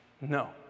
No